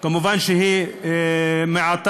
כמובן שהיא מעטה.